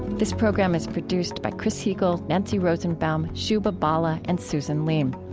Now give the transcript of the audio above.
this program is produced by chris heagle, nancy rosenbaum, shubha bala, and susan leem.